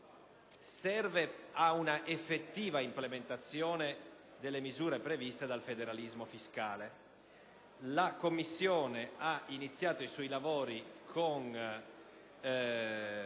serve a un'effettiva implementazione delle misure previste dal federalismo fiscale. La Commissione ha iniziato i suoi lavori più